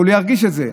אבל הם ירגישו את זה.